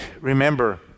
remember